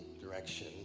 direction